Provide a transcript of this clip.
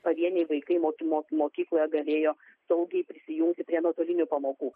pavieniai vaikai mokymo mokykloje galėjo saugiai prisijungti prie nuotolinių pamokų